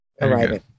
arriving